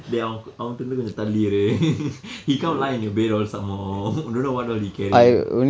dey அவன்கிட்ட இருந்து கொஞ்சம் தள்ளி இரு:avankitta irunthu koncham thalli iru he come lie on your bed all somemore don't know what all he carry